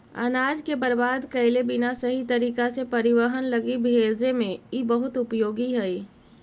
अनाज के बर्बाद कैले बिना सही तरीका से परिवहन लगी भेजे में इ बहुत उपयोगी हई